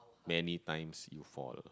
many times you fall